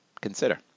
consider